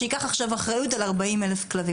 שייקח עכשיו אחריות על 40,000 כלבים.